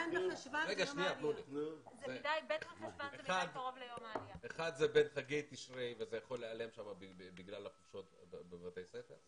זה בין חגי תשרי וזה יכול להיעלם שם בגלל חופשות בתי הספר,